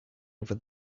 over